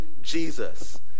Jesus